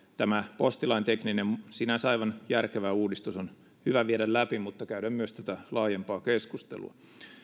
tämä postilain tekninen sinänsä aivan järkevä uudistus on hyvä viedä läpi mutta käydään myös tätä laajempaa keskustelua